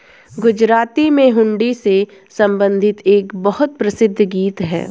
गुजराती में हुंडी से संबंधित एक बहुत प्रसिद्ध गीत हैं